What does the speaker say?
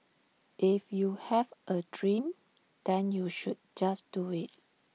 if you have A dream then you should just do IT